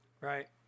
right